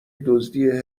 دزدی